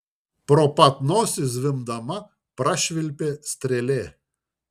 pro pat nosį zvimbdama prašvilpė strėlė